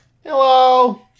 Hello